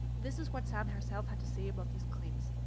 this is what sam herself had to say about these claims.